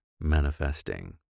manifesting